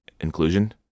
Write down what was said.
inclusion